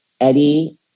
eddie